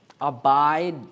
abide